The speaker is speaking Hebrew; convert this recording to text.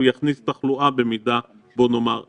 הוא יכניס תחלואה במידה נסבלת.